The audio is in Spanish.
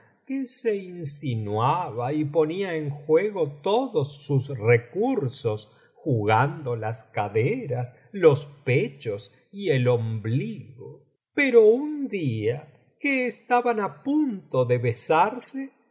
que se insinuaba y ponía en juego todos sus recursos jugando las caderas los pechos y el ombligo pero un día que estaban á punto de besarse se